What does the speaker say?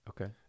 Okay